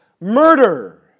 Murder